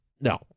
no